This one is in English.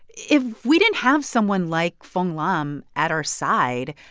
if we didn't have someone like fong lam at our side,